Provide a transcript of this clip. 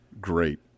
great